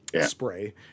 spray